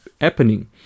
happening